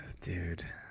Dude